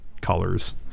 colors